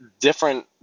different